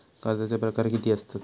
कर्जाचे प्रकार कीती असतत?